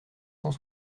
cent